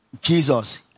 Jesus